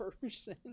person